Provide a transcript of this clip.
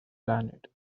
planet